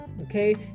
okay